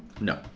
No